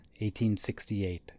1868